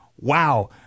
wow